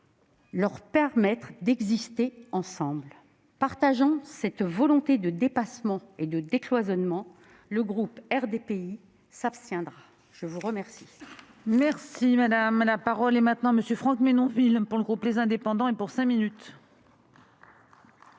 leur permette d'exister ensemble ». Faisant sienne cette volonté de dépassement et de décloisonnement, le groupe RDPI s'abstiendra. La parole